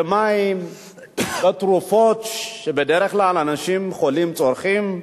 במים, בתרופות שבדרך כלל אנשים חולים צורכים.